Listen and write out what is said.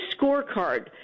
scorecard